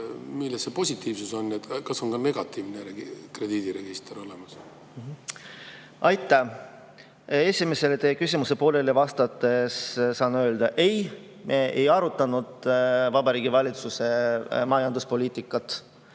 Milles see positiivsus [seisneb]? Kas on ka negatiivne krediidiregister olemas? Aitäh! Esimesele küsimusele vastuseks saan öelda ei, me ei arutanud Vabariigi Valitsuse majanduspoliitikat.